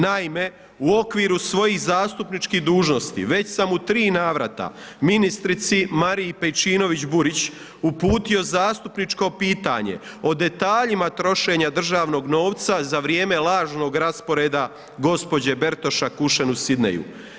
Naime, u okviru svojih zastupnički dužnosti već sam u 3 navrata ministrici Mariji Pejčinović Burić uputio zastupničko pitanje o detaljima trošenja državnog novca za vrijeme lažnog rasporeda gđe. Bertoša Kušen u Sydneyju.